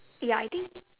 ya I think